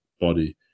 body